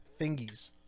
thingies